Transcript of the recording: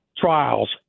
trials